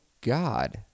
God